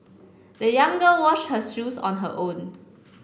the young girl washed her shoes on her own